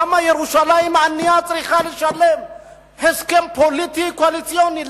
למה ירושלים הענייה צריכה לשלם על הסכם פוליטי קואליציוני?